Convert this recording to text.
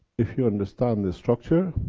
if you understand the structure,